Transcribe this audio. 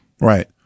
Right